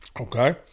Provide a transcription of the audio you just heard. Okay